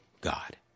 God